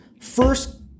first